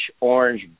orange